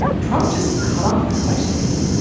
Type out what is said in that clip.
trump just cut off the questioning.